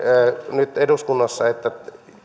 nyt eduskunnassa että